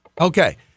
Okay